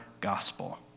gospel